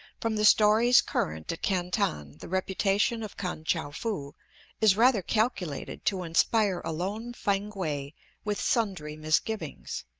from the stories current at canton, the reputation of kan-tchou-foo is rather calculated to inspire a lone fankwae with sundry misgivings.